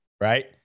right